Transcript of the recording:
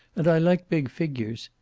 and i like big figures.